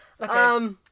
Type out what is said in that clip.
Okay